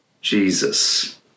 Jesus